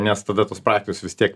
nes tada tos partijos vis tiek